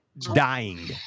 dying